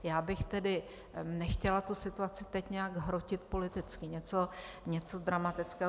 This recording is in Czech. Já bych tedy nechtěla tu situaci teď nějak hrotit politicky, něco dramatického.